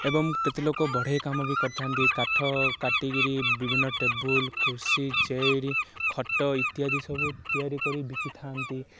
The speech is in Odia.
ଏବଂ କେତେ ଲୋକ ବଢ଼େଇ କାମ ବି କରିଥାନ୍ତି କାଠ କାଟିକିରି ବିଭିନ୍ନ ଟେବୁଲ୍ କୁର୍ସି ଚେୟାର ଖଟ ଇତ୍ୟାଦି ସବୁ ତିଆରି କରି ବିକିଥାନ୍ତି